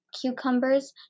cucumbers